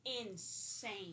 insane